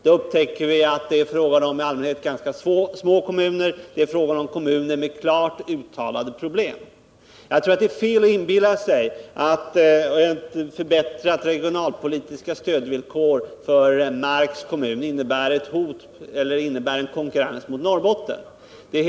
Vi upptäcker då att det i allmänhet är fråga om ganska små kommuner. Det är fråga om kommuner med klart uttalade problem. Jag tror att det är fel att inbilla sig att förbättrade regionalpolitiska stödvillkor för Marks kommun innebär en konkurrens mot Norrbotten.